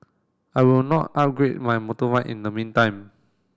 I will not upgrade my motorbike in the meantime